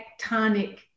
tectonic